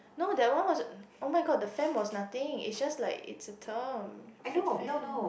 no there was oh-my-god the fam was nothing it's just like it's a term